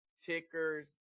tickers